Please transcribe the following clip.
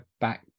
back